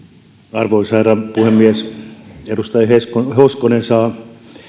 arvoisa herra puhemies edustaja hoskonen saa